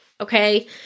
Okay